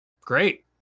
great